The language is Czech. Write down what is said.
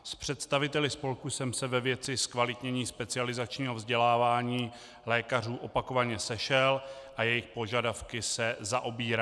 S představiteli spolku jsem se ve věci zkvalitnění specializačního vzdělávání lékařů opakovaně sešel a jejich požadavky se zaobírám.